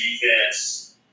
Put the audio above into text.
defense